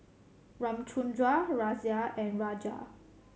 Ramchundra Razia and Raja